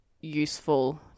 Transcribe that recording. useful